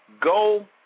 go